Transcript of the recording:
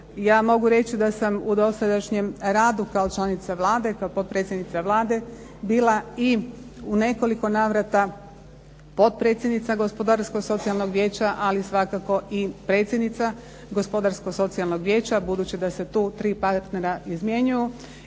Ja mogu reći da sam u dosadašnjem radu kao članica Vlade, kao potpredsjednica Vlade bila i u nekoliko navrata potpredsjednica Gospodarsko socijalnog vijeća, ali svakako i predsjednica Gospodarsko socijalnog vijeća, budući da se tu tri partnera izmjenjuju,